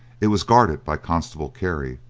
it was guarded by constable kerry,